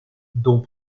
dont